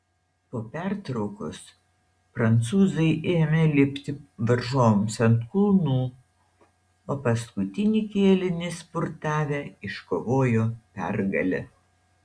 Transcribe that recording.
po pertraukos prancūzai ėmė lipti varžovams ant kulnų o paskutinį kėlinį spurtavę iškovojo pergalę